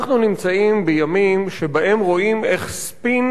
אנחנו נמצאים בימים שבהם רואים איך ספין